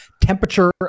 Temperature